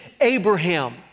Abraham